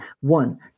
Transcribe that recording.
One